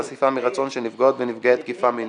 הצעת חוק העונשין (תיקון חשיפה מרצון של נפגעות ונפגעי תקיפה מינית).